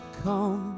come